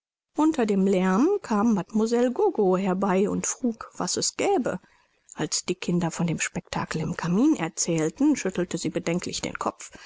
ueber dem lärm kam mademoiselle gogo herbei und frug was es gäbe als die kinder von dem spektakel im kamin erzählten schüttelte sie bedenklich den kopf